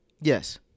Yes